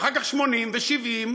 ואחר כך 80 ו-70.